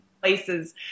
places